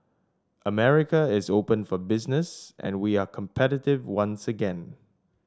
America is open for business and we are competitive once again